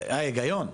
ההיגיון.